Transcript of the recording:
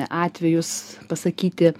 atvejus pasakyti